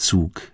Zug